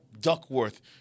Duckworth